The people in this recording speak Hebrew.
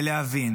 ולהבין